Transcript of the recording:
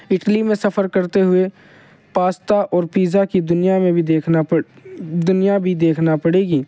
Italy میں سفر کرتے ہوئے پاستا اور پیزا کی دنیا میں بھی دیکھنا دنیا بھی دیکھنا پڑے گی